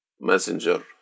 Messenger